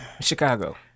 Chicago